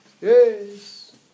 Yes